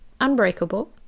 Unbreakable